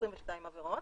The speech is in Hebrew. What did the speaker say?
22 עבירות.